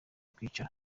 kwicara